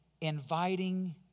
inviting